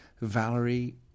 Valerie